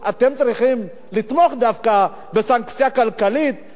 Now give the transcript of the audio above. אתם צריכים לתמוך דווקא בסנקציה כלכלית,